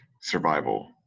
survival